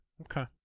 Okay